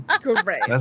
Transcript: great